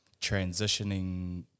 transitioning